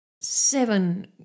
seven